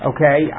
Okay